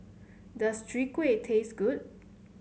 does Chwee Kueh taste good